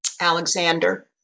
Alexander